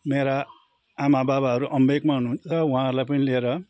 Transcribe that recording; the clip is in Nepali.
मेरा आमाबाबाहरू अमब्योकमा हुनुहुन्छ उहाँहरूलाई पनि लिएर